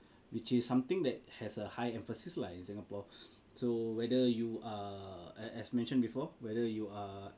which is something that has a high emphasis lah in singapore so whether you are uh as mentioned before whether you are